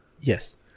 Yes